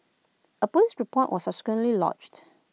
A Police report was subsequently lodged